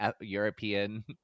European